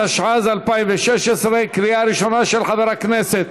התשע"ז 2016, של חבר הכנסת